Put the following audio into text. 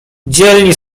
dzielni